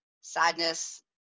sadness